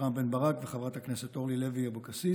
רם בן ברק וחברת הכנסת אורלי לוי אבקסיס,